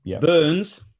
Burns